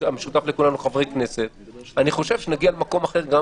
אני חושב שנגיע למקום אחר גם